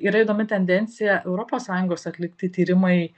yra įdomi tendencija europos sąjungos atlikti tyrimai